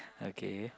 okay